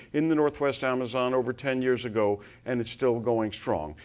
in the northwest amazon over ten years ago and it's still going strong.